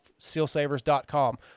Sealsavers.com